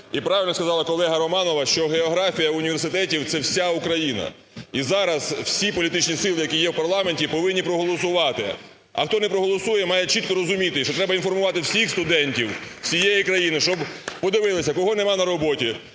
І правильно сказала колега Романова, що географія університетів – це вся Україна. І зараз всі політичні сили, які є в парламенті, повинні проголосувати. А хто не проголосує, має чітко розуміти, що треба інформувати всіх студентів всієї країни, щоб подивилися кого нема на роботі.